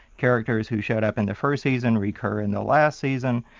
characters who showed up in the first season recur in the last season.